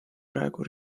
praegu